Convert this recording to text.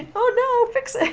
ah oh no! fix it!